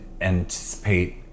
anticipate